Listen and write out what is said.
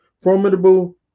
formidable